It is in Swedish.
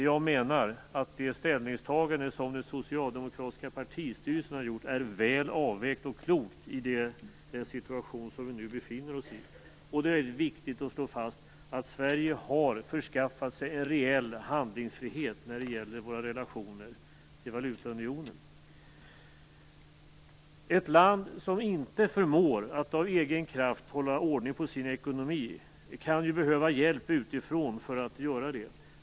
Jag menar att det ställningstagande som den socialdemokratiska partistyrelsen har gjort är väl avvägt och klokt i den situation som vi nu befinner oss i. Det är viktigt att slå fast att Sverige har skaffat sig en reell handlingsfrihet när det gäller våra relationer till valutaunionen. Ett land som inte förmår att av egen kraft hålla ordning på sin ekonomi kan behöva hjälp utifrån för att göra det.